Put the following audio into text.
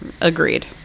Agreed